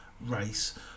race